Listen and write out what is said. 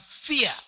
fear